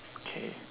okay